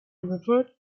revert